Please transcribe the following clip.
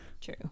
True